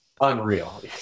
Unreal